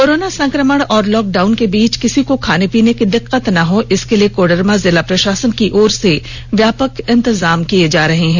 corona संक्रमण और lockdown के बीच किसी को खाने पीने की दिक्कत ना हो इसके लिए कोडरमा जिला प्रशासन की ओर से व्यापक इंतजाम किए जा रहे हैं